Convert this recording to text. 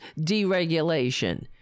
deregulation